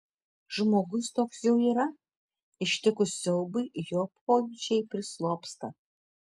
žmogus toks jau yra ištikus siaubui jo pojūčiai prislopsta